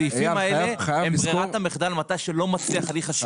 הסעיפים האלה הם ברירת המחדל מתי שלא מצליח הליך השיקום.